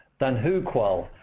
then whoqol?